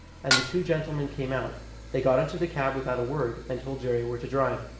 and the two gentlemen came out they got into the cab without a word, and told jerry where to drive,